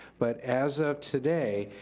but as of today,